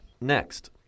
Next